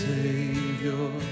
Savior